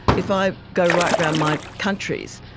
if i go right around my countries,